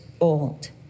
old